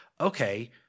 okay